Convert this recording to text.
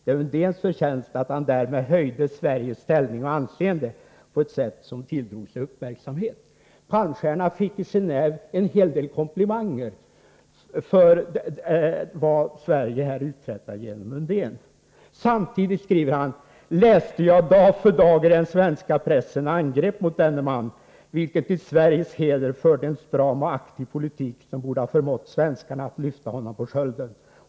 Det är Undéns förtjänst, att han därmed höjde Sveriges ställning och anseende på ett sätt, som tilldrog sig uppmärksamhet.” Palmstierna fick i Genåve en hel del komplimanger för vad Sverige uträttade genom Undén. Palmstierna skriver: ”Samtidigt härmed läste jag dag för dag i den svenska pressen angrepp mot denne man, vilken till Sveriges heder förde en stram och aktiv politik, som borde ha förmått svenskarna att lyfta honom på skölden.